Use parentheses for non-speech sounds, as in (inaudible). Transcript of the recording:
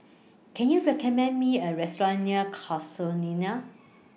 (noise) Can YOU recommend Me A Restaurant near Casuarina